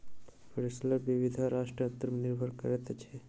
फसिलक विविधता राष्ट्र के आत्मनिर्भर करैत अछि